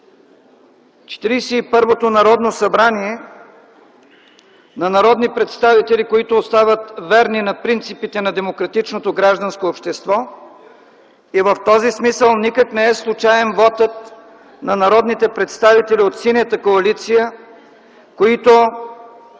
Народно събрание на народни представители, които остават верни на принципите на демократичното гражданско общество и в този смисъл никак не е случаен вотът на народните представители от Синята коалиция, които